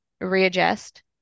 readjust